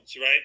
right